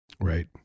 Right